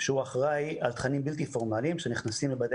שהוא אחראי על תכנים בלתי פורמליים שנכנסים לבתי